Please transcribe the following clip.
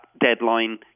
deadline